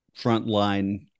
frontline